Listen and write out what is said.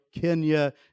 Kenya